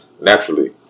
naturally